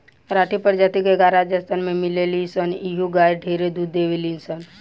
राठी प्रजाति के गाय राजस्थान में मिलेली सन इहो गाय ढेरे दूध देवेली सन